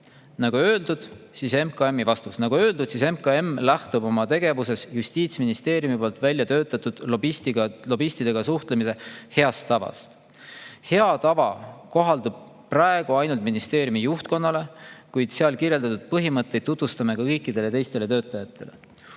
Nagu öeldud, lähtub MKM oma tegevuses Justiitsministeeriumi välja töötatud lobistidega suhtlemise heast tavast. Hea tava kohaldub praegu ainult ministeeriumi juhtkonnale, kuid seal kirjeldatud põhimõtteid tutvustame ka kõikidele teistele töötajatele.